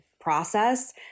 process